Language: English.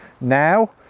now